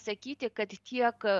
sakyti kad tiek